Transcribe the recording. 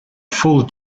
full